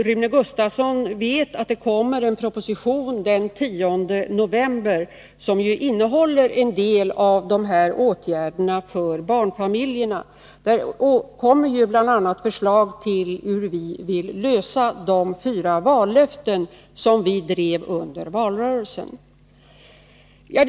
Rune Gustavsson vet att det den 10 november kommer en proposition med förslag till en del sådana åtgärder för barnfamiljerna. Av den kommer bl.a. att framgå hur vi vill infria de fyra vallöften som vi gav under valrörelsen.